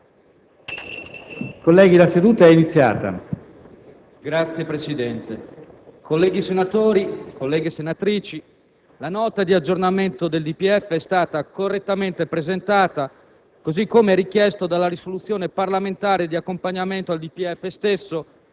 Colleghi, la seduta è iniziata. ALBONETTI *(RC-SE)*. Signor Presidente, colleghi senatori, colleghe senatrici, la Nota di aggiornamento del DPEF è stata correttamente presentata, così come richiesto dalla risoluzione parlamentare di accompagnamento al DPEF stesso,